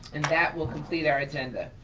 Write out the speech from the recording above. and that will complete our agenda.